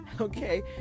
okay